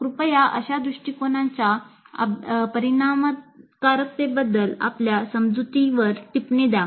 कृपया अशा दृष्टिकोनाच्या परिणामकारकतेबद्दल आपल्या समजुतीवर टिप्पणी द्या